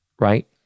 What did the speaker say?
Right